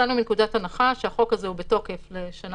אנחנו יצאנו מנקודת הנחה שהחוק הזה הוא בתוקף לשנה